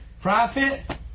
Profit